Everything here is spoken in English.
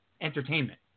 entertainment